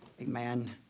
amen